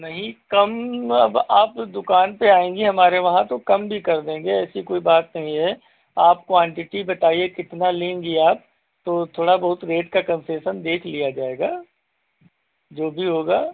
नहीं कम अब आप दुकान पर आएँगी हमारे वहाँ तो कम भी कर देंगे ऐसी कोई बात नहीं है आप क्वान्टिटी बताइए कितना लेंगी आप तो थोड़ा बहुत रेट का कन्सेसन देख लिया जाएगा जो भी होगा